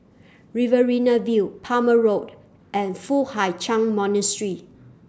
Riverina View Palmer Road and Foo Hai Ch'An Monastery